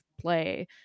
play